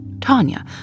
Tanya